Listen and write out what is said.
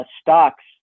stocks